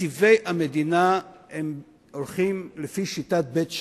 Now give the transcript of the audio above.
תקציבי המדינה הולכים לפי שיטת בית שמאי,